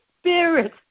spirit